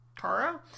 tara